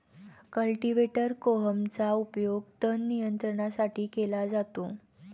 cultivator कोहमचा उपयोग तण नियंत्रणासाठी केला जातो